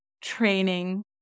training